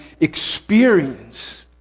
experience